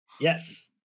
Yes